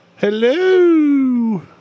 Hello